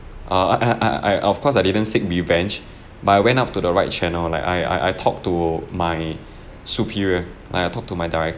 err I I I of course I didn't seek revenge but I went up to the right channel like I I I talked to my superior like I talked to my director